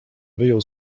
wyjął